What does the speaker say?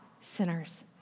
sinners